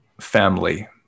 Family